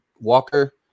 Walker